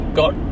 got